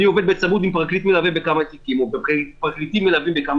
אני עובד בצמוד עם פרקליט מלווה בכמה